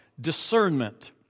discernment